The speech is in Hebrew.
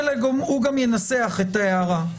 הוא גם ינסח את ההערה.